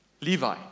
Levi